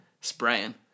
Spraying